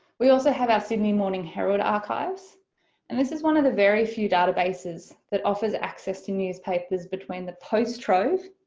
we also have our sydney morning herald archives and this is one of the very few databases that offers access to newspapers between the post trove,